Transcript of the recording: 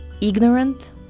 ignorant